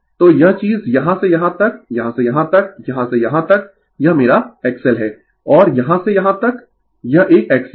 तो यह चीज यहाँ से यहाँ तक यहाँ से यहाँ तक यहाँ से यहाँ तक यह मेरा XL है और यहाँ से यहाँ तक यह एक XC है